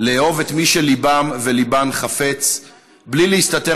לאהוב את מי שליבם וליבן חפץ בלי להסתתר